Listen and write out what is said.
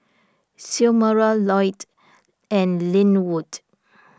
Xiomara Loyd and Linwood